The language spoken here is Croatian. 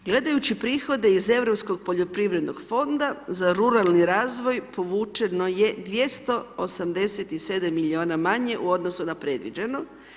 Gledajući prihode iz Europskog poljoprivrednog fonda za ruralni razvoj, povučeno je 287 milijuna manje u odnosu na predviđeno.